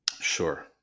Sure